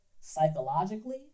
psychologically